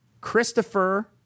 Christopher